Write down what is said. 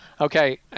Okay